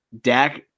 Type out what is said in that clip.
Dak